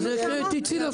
אז תצאי.